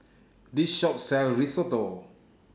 This Shop sells Risotto